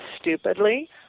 stupidly